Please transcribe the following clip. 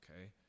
okay